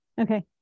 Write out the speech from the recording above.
Okay